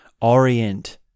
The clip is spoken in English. orient